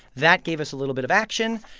that gave us a little bit of action.